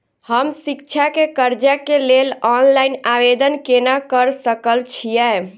हम शिक्षा केँ कर्जा केँ लेल ऑनलाइन आवेदन केना करऽ सकल छीयै?